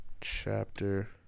chapter